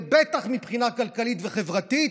ובטח מבחינה כלכלית וחברתית,